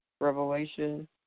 Revelation